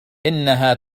إنها